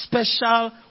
special